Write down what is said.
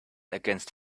against